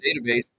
database